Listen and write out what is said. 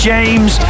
James